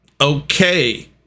Okay